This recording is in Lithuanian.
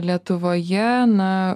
lietuvoje na